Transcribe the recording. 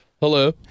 Hello